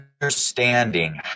understanding